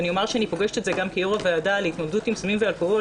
אני פוגשת את זה גם כיושבת-ראש הוועדה להתמודדות עם סמים ואלכוהול